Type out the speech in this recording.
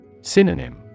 Synonym